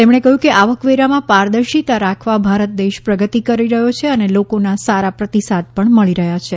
તેમણે કહ્યું કે આવકવેરામાં પારદર્શિતા રાખવા ભારત દેશ પ્રગતિ કરી રહ્યો છે અને લોકોના સારા પ્રતિસાદ પણ મળી રહ્યા છે